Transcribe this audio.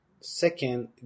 second